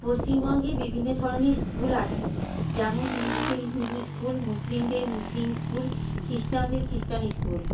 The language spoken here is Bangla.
পশ্চিমবঙ্গে বিভিন্ন ধরণের স্কুল আছে যেমন হিন্দুদের হিন্দু স্কুল মুসলিমদের মুসলিম স্কুল খ্রিষ্টানদের খ্রিষ্টান স্কুল